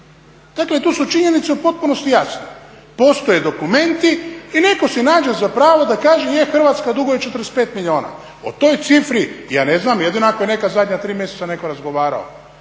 Dakle, to su činjenice u potpunosti jasne. Postoje dokumenti i netko si nađe za pravo da kaže, je Hrvatska duguje 45 milijuna. O toj cifri, ja ne znam, jedino ako je neka zadnja 3 mjeseca netko razgovarao.